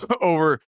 over –